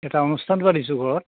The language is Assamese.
এটা অনুষ্ঠান পাতিছোঁ ঘৰত